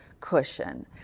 cushion